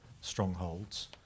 strongholds